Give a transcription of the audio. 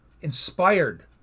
inspired